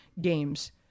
games